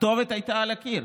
הכתובת הייתה על הקיר.